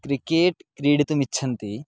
cricket क्रीडितुमिच्छन्ति